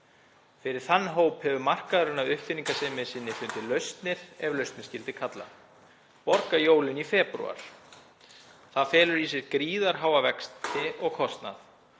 Fyrir þann hóp hefur markaðurinn af uppfinningasemi sinni fundið lausnir, ef lausnir skyldi kalla: Borga jólin í febrúar. Það felur í sér gríðarháa vexti og kostnað